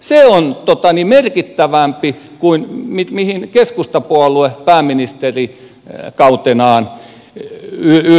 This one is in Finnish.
se on merkittävämpi kuin mihin keskustapuolue pääministerikautenaan ylsi